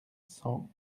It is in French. cent